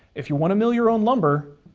if you want to mill your own lumber,